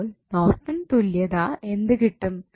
അപ്പോൾ നോർട്ടൺ തുല്യതാ എന്തു കിട്ടും